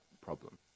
problem